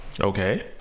okay